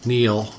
Neil